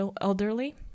elderly